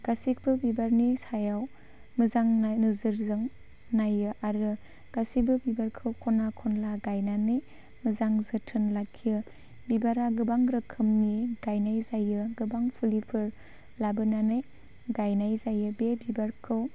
गासैबो बिबारनि सायाव मोजां नोजोरजों नायो आरो गासैबो बिबारखौ ख'ना खनला गायनानै मोजां जोथोन लाखियो बिबारा गोबां रोखोमनि गायनाय जायो गोबां फुलिफोर लाबोनानै गायनाय जायो बे बिबारखौ